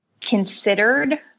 considered